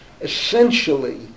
essentially